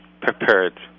prepared